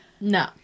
no